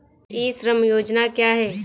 ई श्रम योजना क्या है?